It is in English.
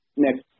next